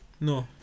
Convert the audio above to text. No